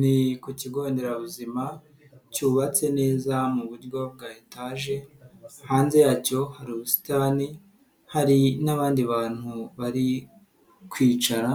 Ni ku kigonderabuzima cyubatse neza mu buryo bwa etage, hanze yacyo hari ubusitani hari n'abandi bantu bari kwicara